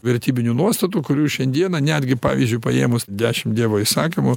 vertybinių nuostatų kurių šiandieną netgi pavyzdžiui paėmus dešim dievo įsakymų